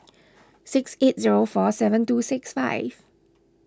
six eight zero four seven two six five